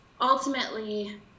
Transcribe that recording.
ultimately